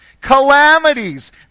calamities